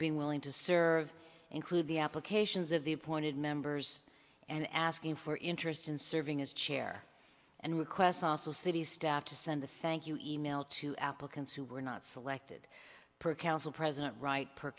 being willing to serve include the applications of the appointed members and asking for interest in serving his chair and requests also city staff to send a thank you email to applicants who were not selected per council president right per